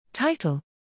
Title